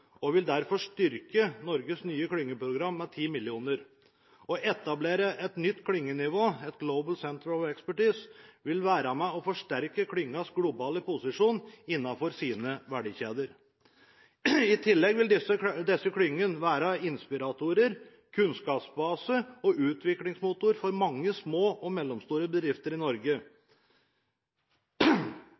og vil derfor styrke Norges nye klyngeprogram med 10 mill. kr. Å etablere et nytt klyngenivå, et Global Centre of Expertise, vil være med å forsterke klyngens globale posisjon innenfor sine verdikjeder. I tillegg vil disse klyngene være inspiratorer, kunnskapsbase og utviklingsmotor for mange små og mellomstore bedrifter i Norge.